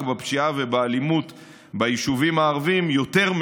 בפשיעה ובאלימות ביישובים הערביים יותר,